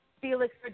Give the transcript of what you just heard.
Felix